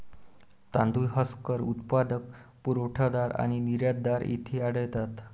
तांदूळ हस्कर उत्पादक, पुरवठादार आणि निर्यातदार येथे आढळतात